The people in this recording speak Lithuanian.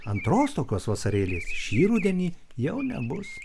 antros tokios vasarėlės šį rudenį jau nebus